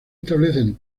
establecen